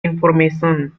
information